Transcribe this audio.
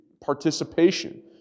participation